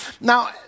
Now